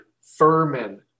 Furman